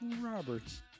Roberts